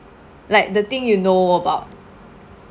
like the thing you know about